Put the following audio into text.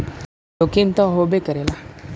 जोखिम त होबे करेला